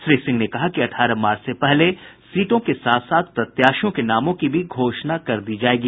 श्री सिंह ने कहा कि अठारह मार्च से पहले सीटों के साथ साथ प्रत्याशियों के नामों की भी घोषणा कर दी जायेगी